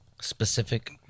specific